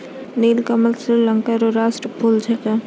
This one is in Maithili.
नीलकमल श्रीलंका रो राष्ट्रीय फूल छिकै